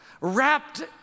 wrapped